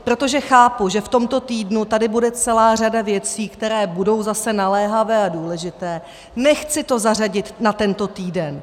Protože chápu, že v tomto týdnu tady bude celá řada věcí, které budou zase naléhavé a důležité, nechci to zařadit na tento týden.